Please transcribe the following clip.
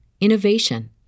innovation